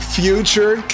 future